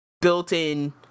built-in